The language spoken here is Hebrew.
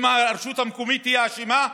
האם הרשות המקומית היא האשמה?